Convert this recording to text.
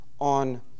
on